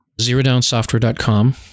ZeroDownSoftware.com